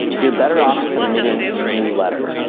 you're better off submitting a new letter.